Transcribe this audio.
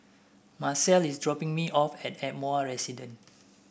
Macel is dropping me off at Ardmore Residence